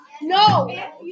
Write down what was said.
No